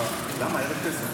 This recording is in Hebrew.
למה הוא נקרא גדול?